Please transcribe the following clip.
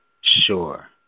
Sure